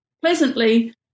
pleasantly